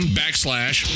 backslash